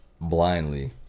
blindly